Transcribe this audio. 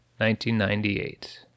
1998